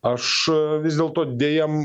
aš vis dėlto dejam